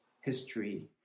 history